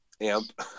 amp